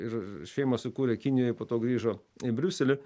ir šeimą sukūrė kinijoj po to grįžo į briuselį